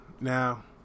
now